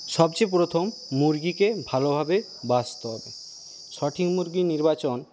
সবচেয়ে প্রথম মুরগিকে ভালোভাবে বাছতে হবে সঠিক মুরগির নির্বাচন